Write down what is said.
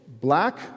black